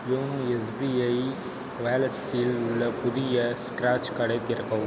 YONO SBI வேலெட்டில் உள்ள புதிய ஸ்க்ராட்ச் கார்டை திறக்கவும்